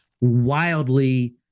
wildly